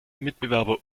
mitbewerber